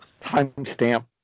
Timestamp